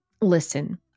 listen